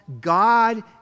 God